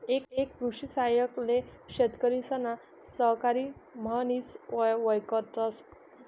एक कृषि सहाय्यक ले शेतकरिसना सहकारी म्हनिस वयकतस